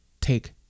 take